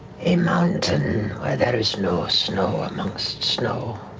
a mountain there is no snow amongst snow.